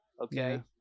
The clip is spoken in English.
Okay